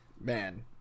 man